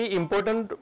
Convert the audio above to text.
important